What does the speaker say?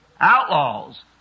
outlaws